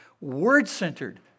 word-centered